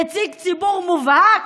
נציג ציבור מובהק,